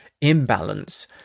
imbalance